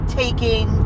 taking